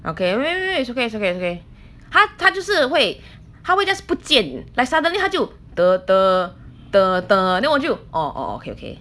okay 没有没有没有 it's okay it's okay it's okay 他他就是会他会 just 不见 like suddenly 他就 !duh! !duh! !duh! !duh! then 我就 orh orh okay okay